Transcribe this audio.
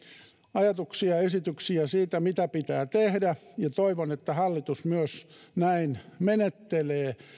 ajatuksia ja esityksiä siitä mitä pitää tehdä ja toivon että hallitus myös näin menettelee